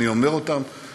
אני אומר אותן,